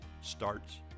starts